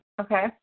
Okay